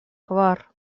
kvar